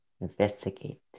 Investigate